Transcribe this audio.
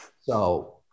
So-